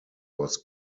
was